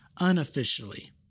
unofficially